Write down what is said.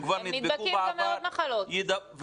הם כבר נדבקו בעבר וכו',